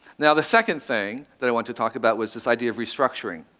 now, the second thing that i want to talk about was this idea of restructuring,